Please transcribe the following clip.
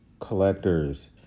collectors